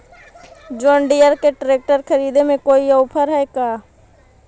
जोन Deere के tractor खरिदे में कोई औफर है का?